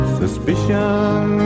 suspicion